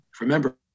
remember